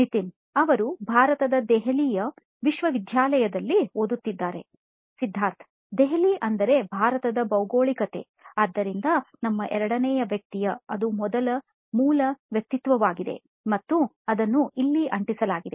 ನಿತಿನ್ ಅವರು ಭಾರತದ ದೆಹಲಿಯ ವಿಶ್ವವಿದ್ಯಾಲಯದಲ್ಲಿ ಓದುತ್ತಿದ್ದಾರೆ ಸಿದ್ಧಾರ್ಥ್ ದೆಹಲಿ ಅಂದರೆ ಭಾರತದ ಭೌಗೋಳಿಕತೆ ಆದ್ದರಿಂದ ನಮ್ಮ ಎರಡನೇ ವ್ಯಕ್ತಿಯ ಅದು ಮೂಲ ವ್ಯಕ್ತಿತ್ವವಾಗಿದೆ ಮತ್ತು ಅದನ್ನು ಇಲ್ಲಿ ಅಂಟಿಸಲಾಗಿದೆ